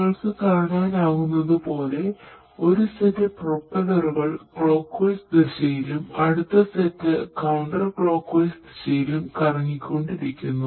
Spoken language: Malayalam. നിങ്ങൾക്ക് കാണാനാകുന്നതുപോലെ ഒരു സെറ്റ് പ്രൊപ്പല്ലറുകൾ ദിശയിലും കറങ്ങിക്കൊണ്ടിരിക്കുന്നു